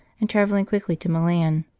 and travel ling quickly to milan.